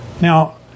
Now